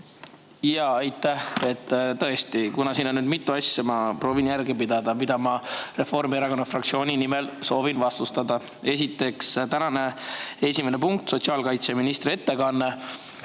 Aitäh! Tõesti, kuna siin on nüüd mitu asja, siis ma proovin järge pidada, mida ma Reformierakonna fraktsiooni nimel soovin vastustada. Esiteks, tänane esimene punkt: sotsiaalkaitseministri ettekanne.